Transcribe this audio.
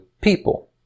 people